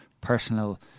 personal